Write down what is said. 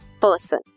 person